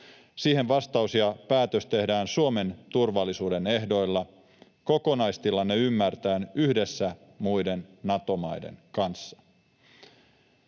Siihen vastaus ja päätös tehdään Suomen turvallisuuden ehdoilla, kokonaistilanne ymmärtäen, yhdessä muiden Nato-maiden kanssa.